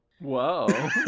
Whoa